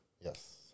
Yes